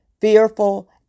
fearful